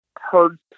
heard